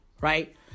right